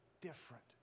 different